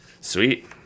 Sweet